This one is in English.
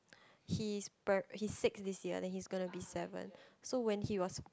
he is pri~ he's six this year then he's gonna be seven so when he was